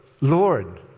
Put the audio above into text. Lord